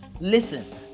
listen